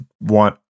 want